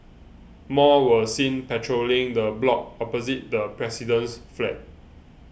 more were seen patrolling the block opposite the president's flat